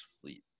fleet